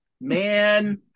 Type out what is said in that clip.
Man